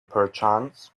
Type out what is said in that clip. perchance